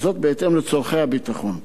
בהתאם לצורכי הביטחון,